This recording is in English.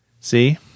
See